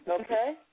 Okay